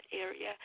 area